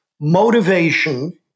motivation